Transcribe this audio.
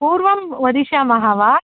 पूर्वं वदिष्यामः वा